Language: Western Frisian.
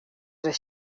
ris